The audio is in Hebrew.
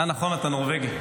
אה, נכון, אתה נורבגי.